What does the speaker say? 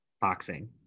boxing